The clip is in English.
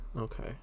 Okay